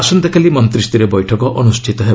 ଆସନ୍ତାକାଲି ମନ୍ତ୍ରୀସରୀୟ ବୈଠକ ଅନୁଷ୍ଠିତ ହେବ